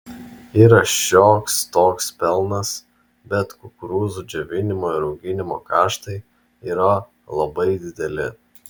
yra šioks toks pelnas bet kukurūzų džiovinimo ir auginimo kaštai yra labai dideli